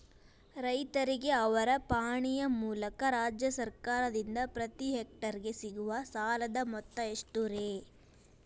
ರೈತರಿಗೆ ಅವರ ಪಾಣಿಯ ಮೂಲಕ ರಾಜ್ಯ ಸರ್ಕಾರದಿಂದ ಪ್ರತಿ ಹೆಕ್ಟರ್ ಗೆ ಸಿಗುವ ಸಾಲದ ಮೊತ್ತ ಎಷ್ಟು ರೇ?